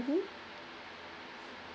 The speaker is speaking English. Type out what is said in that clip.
mmhmm